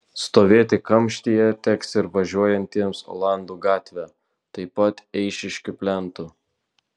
stovėti kamštyje teks ir važiuojantiems olandų gatve taip pat eišiškių plentu